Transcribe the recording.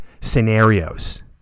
scenarios